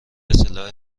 سلاح